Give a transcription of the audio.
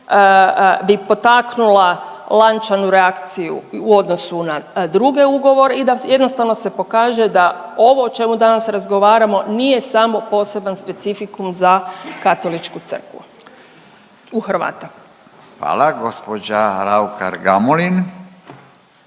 bi poteknula lančanu reakciju i u odnosu na druge ugovore i da jednostavno se pokaže da ovo o čemu danas razgovaramo nije samo poseban specifikum za Katoličku crkvu u Hrvata. **Radin, Furio